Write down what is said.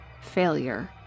failure